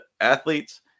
athletes